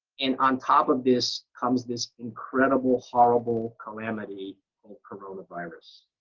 and on top of this comes this incredible horrible calamity called coronavirus.